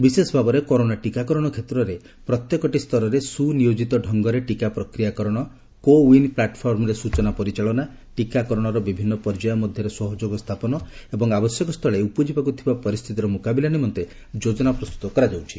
ବିଶେଷ ଭାବରେ କରୋନା ଟିକାକରଣ କ୍ଷେତ୍ରରେ ପ୍ରତ୍ୟେକଟି ସ୍ତରରେ ସୁନିୟୋଜିତ ଢଙ୍ଗରେ ଟିକା ପ୍ରକ୍ରିୟାକରଣ କୋ ୱିନ୍ ପ୍ଲାଟଫର୍ମରେ ସ୍କଚନା ପରିଚାଳନା ଟିକାକରଣର ବିଭିନ୍ନ ପର୍ଯ୍ୟାୟ ମଧ୍ୟରେ ସହଯୋଗ ସ୍ଥାପନ ଏବଂ ଆବଶ୍ୟକ ସ୍ଥଳେ ଉପୁଜିବାକୁ ଥିବା ପରିସ୍ଥିତିର ମୁକାବିଲା ନିମନ୍ତେ ଯୋଜନା ପ୍ରସ୍ତୁତ କରାଯାଇଛି